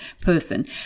person